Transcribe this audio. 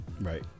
Right